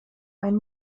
ein